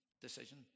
decision